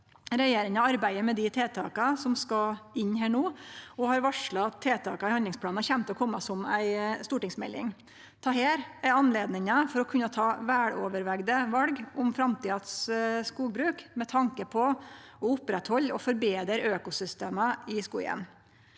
Regjeringa arbeider no med dei tiltaka som skal inn her, og har varsla at tiltaka i handlingsplanen kjem til å kome som ei stortingsmelding. Dette er anledninga for å kunne ta veloverveigde val om skogbruket for framtida, med tanke på å oppretthalde og forbetre økosystema i skogen.